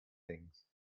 things